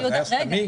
זה היה סתמי?